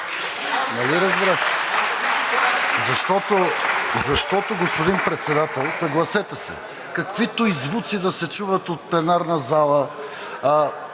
Нали разбрахте? Защото, господин Председател, съгласете се, каквито и звуци да се чуват от пленарната зала,